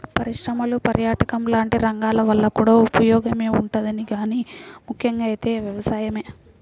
పరిశ్రమలు, పర్యాటకం లాంటి రంగాల వల్ల కూడా ఉపయోగమే ఉంటది గానీ ముక్కెంగా అయితే వ్యవసాయమే